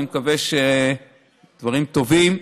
אני מקווה שדברים טובים.